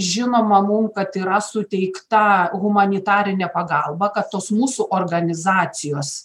žinoma mum kad yra suteikta humanitarinė pagalba kad tos mūsų organizacijos